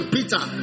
Peter